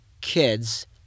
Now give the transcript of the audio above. kids